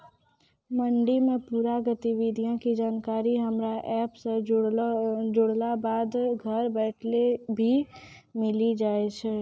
मंडी के पूरा गतिविधि के जानकारी हमरा एप सॅ जुड़ला बाद घर बैठले भी मिलि जाय छै